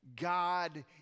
God